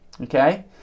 Okay